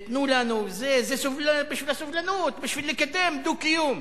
תנו לנו, זה בשביל הסובלנות, בשביל לקדם דו-קיום.